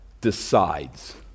decides